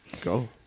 Go